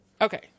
Okay